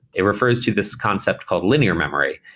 it refers to this concept called linear memory,